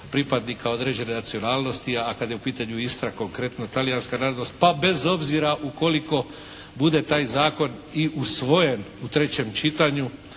pripadnika određene nacionalnosti, a kada je u pitanju Istra, konkretno Talijanska narodnost, pa bez obzira ukoliko bude taj zakon i usvojen u trećem čitanju